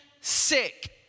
sick